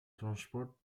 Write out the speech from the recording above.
transport